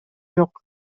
жок